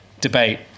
debate